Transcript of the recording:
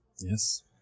Yes